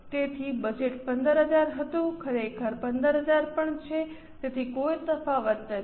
તેથી બજેટ 15000 હતું ખરેખર 15000 પણ છે તેથી કોઈ તફાવત નથી